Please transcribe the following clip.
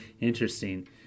interesting